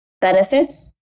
Benefits